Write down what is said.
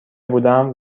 بودم